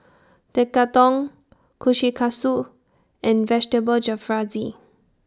Tekkadon Kushikatsu and Vegetable Jalfrezi